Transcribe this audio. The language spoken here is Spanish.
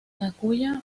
takuya